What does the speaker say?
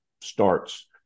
starts